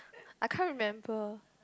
I can't remember